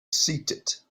seated